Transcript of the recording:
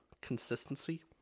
consistency